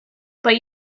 but